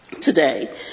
today